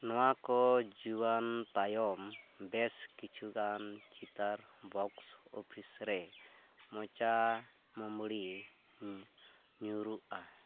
ᱱᱚᱣᱟᱠᱚ ᱡᱩᱣᱟᱹᱱ ᱛᱟᱭᱚᱢ ᱵᱮᱥ ᱠᱤᱪᱷᱩᱜᱟᱱ ᱪᱤᱛᱟᱹᱨ ᱵᱚᱠᱥ ᱚᱯᱷᱤᱥ ᱨᱮ ᱢᱚᱪᱟ ᱢᱩᱢᱲᱤ ᱧᱩᱨᱩᱜᱼᱟ